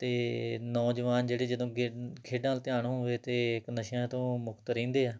ਅਤੇ ਨੌਜਵਾਨ ਜਿਹੜੇ ਜਦੋਂ ਖੇ ਖੇਡਾਂ ਵੱਲ ਧਿਆਨ ਹੋਵੇ ਤਾਂ ਇੱਕ ਨਸ਼ਿਆਂ ਤੋਂ ਮੁਕਤ ਰਹਿੰਦੇ ਆ